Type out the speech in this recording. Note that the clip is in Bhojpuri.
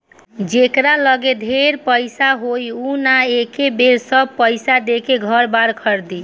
जेकरा लगे ढेर पईसा होई उ न एके बेर सब पईसा देके घर बार खरीदी